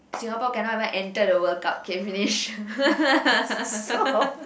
Singapore cannot even enter the World Cup K finish